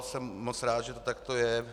Jsem moc rád, že to takto je.